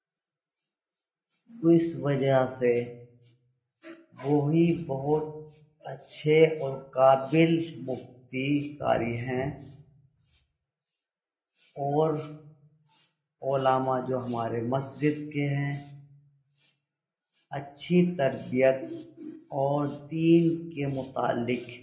تو اس وجہ سے وہی بہت اچھے اور قابل مفتی قاری ہیں اور علماء جو ہمارے مسجد کے ہیں اچھی تربیت اور دین کے متعلق